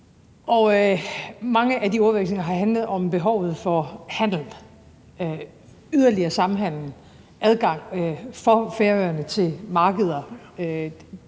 mange af de ordvekslinger har handlet om behovet for handel, yderligere samhandel, adgang for Færøerne til markeder.